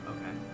Okay